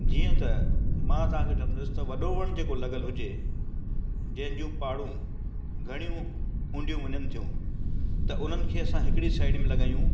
जीअं त मां तव्हांखे चवंदुसि त वॾो वण जेको लॻियलु हुजे जंहिंजो पाड़ू घणियूं ऊंधहियूं वञनि थियूं त उन्हनि खे असां हिकिड़ी साइड में लॻायूं